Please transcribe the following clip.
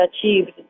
achieved